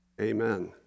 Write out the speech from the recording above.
Amen